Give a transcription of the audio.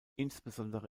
insbesondere